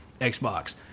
Xbox